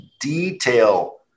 detail